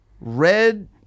Red